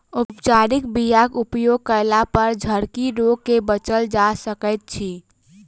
उपचारित बीयाक उपयोग कयलापर झरकी रोग सँ बचल जा सकैत अछि